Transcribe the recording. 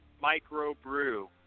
micro-brew